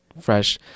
Fresh